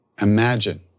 imagine